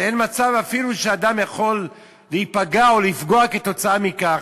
ואין מצב אפילו שאדם יכול להיפגע או לפגוע כתוצאה מכך,